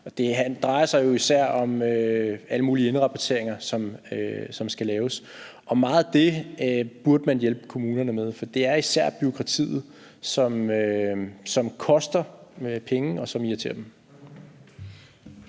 Det drejer sig jo især om alle mulige indrapporteringer, som skal laves, og meget af det burde man hjælpe kommunerne med, for det er især bureaukratiet, som koster penge, og som irriterer dem.